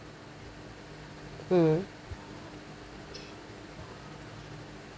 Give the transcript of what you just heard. mm